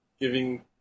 Giving